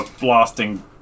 blasting